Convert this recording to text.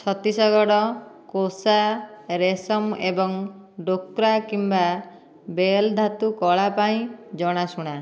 ଛତିଶଗଡ଼ କୋସା ରେଶମ ଏବଂ ଡୋକ୍ରା କିମ୍ବା ବେଲ୍ ଧାତୁ କଳା ପାଇଁ ଜଣାଶୁଣା